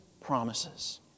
promises